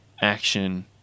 action